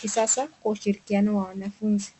kisasa kwa ushirikiano wa wanafunzi.